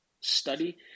study